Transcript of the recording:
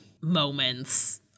moments